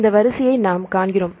இந்த வரிசையை நாம் காண்கிறோம்